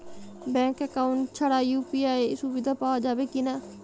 Bank account ছাড়া UPI সুবিধা পাওয়া যাবে কি না?